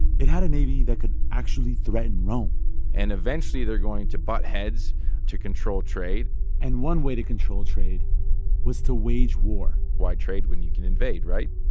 it had a navy that could actually threaten rome and eventually, they're going to butt heads to control trade and one way to control trade was to wage war why trade when you can invade, right?